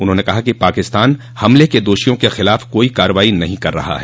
उन्होंने कहा कि पाकिस्तान हमले के दोषियों के खिलाफ कोई कार्रवाई नहीं कर रहा है